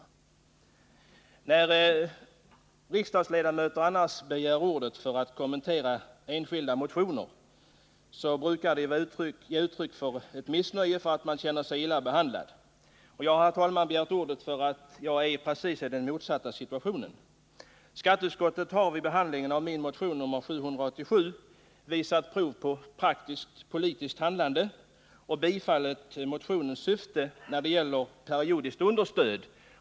Då enskilda riksdagsledamöter begär ordet för att kommentera sina motioner brukar de ge uttryck för missnöje och för att de känner sig illa behandlade. Jag har, herr talman, begärt ordet för att ge uttryck för raka motsatsen. Skatteutskottet har vid behandlingen av min motion nr 787 visat prov på praktiskt politiskt handlande och tillstyrkt motionens syfte när det gäller periodiskt understöd.